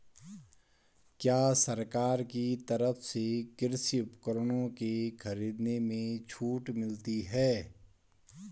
क्या सरकार की तरफ से कृषि उपकरणों के खरीदने में छूट मिलती है?